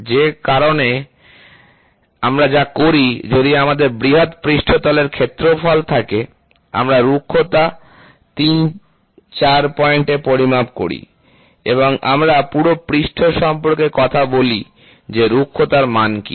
সে কারণেই আমরা যা করি যদি আমাদের বৃহত পৃষ্ঠতলের ক্ষেত্রফল থাকে আমরা রুক্ষতা 3 4 পয়েন্টে পরিমাপ করি এবং আমরা পুরো পৃষ্ঠ সম্পর্কে কথা বলি যে রুক্ষতার মান কী